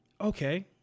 okay